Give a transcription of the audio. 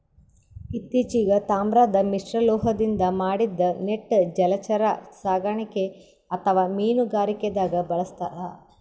ಇತ್ತಿಚೀಗ್ ತಾಮ್ರದ್ ಮಿಶ್ರಲೋಹದಿಂದ್ ಮಾಡಿದ್ದ್ ನೆಟ್ ಜಲಚರ ಸಾಕಣೆಗ್ ಅಥವಾ ಮೀನುಗಾರಿಕೆದಾಗ್ ಬಳಸ್ತಾರ್